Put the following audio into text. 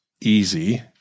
easy